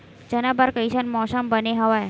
चना बर कइसन मौसम बने हवय?